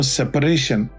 separation